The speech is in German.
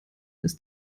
ist